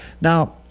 Now